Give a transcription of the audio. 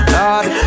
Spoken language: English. Lord